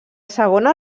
segona